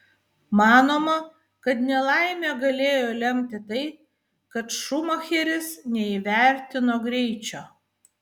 manoma kad nelaimę galėjo lemti tai kad šumacheris neįvertino greičio